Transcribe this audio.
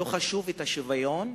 לא חשוב השוויון,